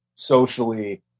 socially